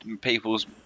people's